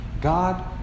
God